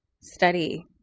Study